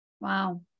Wow